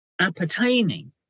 appertaining